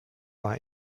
war